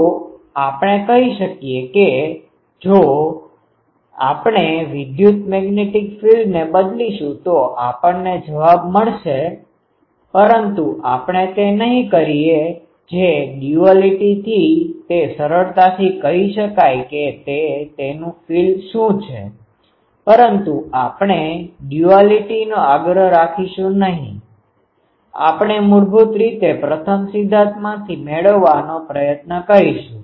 તો આપણે કહી શકીએ કે જો આપણે વિદ્યુત મેગ્નેટિક ફિલ્ડને બદલીશુંતો આપણને જવાબ મળે છે પરંતુ આપણે તે નહીં કરીએ જે ડૂઆલીટીથી તે સરળતાથી કહી શકાય કે તે તેનું ફિલ્ડ શું છે પરંતુ આપણે ડૂઆલીટીનો આગ્રહ રાખીશું નહીં આપણે મૂળભૂત રીતે પ્રથમ સિદ્ધાંતમાંથી મેળવવાનો પ્રયત્ન કરીશું